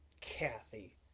Kathy